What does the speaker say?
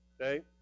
Okay